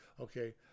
Okay